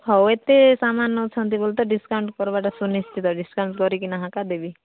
ହଉ ଏତେ ସାମାନ ନଉଛନ୍ତି ବୋଲିତ ଡିସ୍କାଉଣ୍ଟ୍ କର୍ବାଟା ସୁନିଶ୍ଚିନ୍ତ ଡିସ୍କାଉଣ୍ଟ୍ କରିକିନା ହାକା ଦେବି